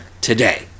today